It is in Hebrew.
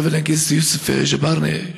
לחבר הכנסת יוסף ג'בארין,